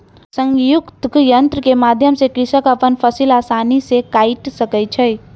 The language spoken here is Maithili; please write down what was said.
संयुक्तक यन्त्र के माध्यम सॅ कृषक अपन फसिल आसानी सॅ काइट सकै छै